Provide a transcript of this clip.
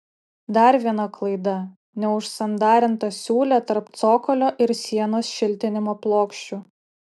dar viena klaida neužsandarinta siūlė tarp cokolio ir sienos šiltinimo plokščių